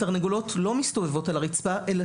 התרנגולות לא מסתובבות על הרצפה אלא